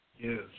Yes